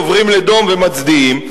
עוברים לדום ומצדיעים,